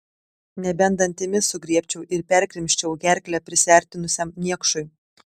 nebent dantimis sugriebčiau ir perkrimsčiau gerklę prisiartinusiam niekšui